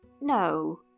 No